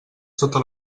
totes